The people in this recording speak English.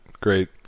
great